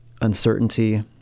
uncertainty